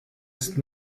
ist